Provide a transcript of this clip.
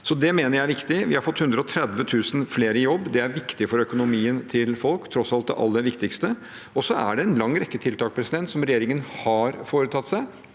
dette mener jeg er viktig. Vi har fått 130 000 flere i jobb. Det er viktig for økonomien til folk, tross alt det aller viktigste. Det er også en lang rekke tiltak som regjeringen har foretatt seg,